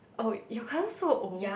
oh your cousin so old